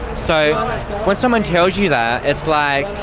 so when someone tells you that, it's like,